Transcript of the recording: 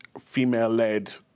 female-led